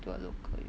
to a local U